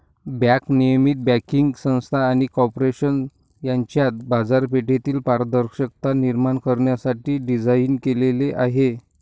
bank नियमन banking संस्था आणि कॉर्पोरेशन यांच्यात बाजारपेठेतील पारदर्शकता निर्माण करण्यासाठी डिझाइन केलेले आहे